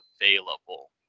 available